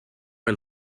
and